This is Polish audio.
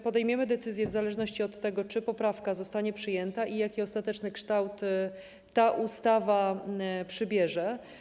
Podejmiemy decyzję w zależności od tego, czy poprawka zostanie przyjęta i jaki ostateczny kształt ta ustawa przybierze.